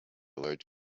large